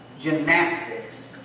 gymnastics